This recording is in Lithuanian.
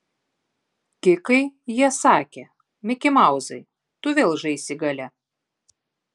kikai jie sakė mikimauzai tu vėl žaisi gale